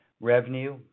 Revenue